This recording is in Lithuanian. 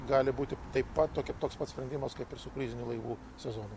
gali būti taip pat toks pat sprendimas kaip ir su kruizinių laivų sezonu